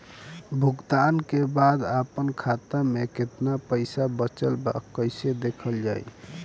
भुगतान के बाद आपन खाता में केतना पैसा बचल ब कइसे देखल जाइ?